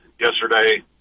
yesterday